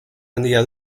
handia